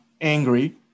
angry